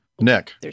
Nick